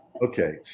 Okay